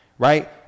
Right